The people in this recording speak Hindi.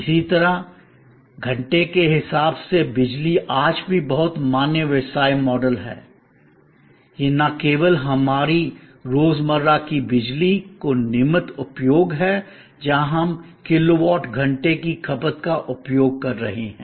इसी तरह घंटे के हिसाब से बिजली आज भी बहुत ही मान्य व्यवसाय मॉडल है यह न केवल हमारी रोजमर्रा की बिजली का नियमित उपयोग है जहां हम किलोवाट घंटे की खपत का उपयोग कर रहे हैं